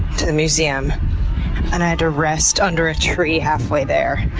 to the museum and i had to rest under a tree halfway there.